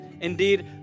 Indeed